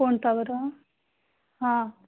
कोणता बरं हां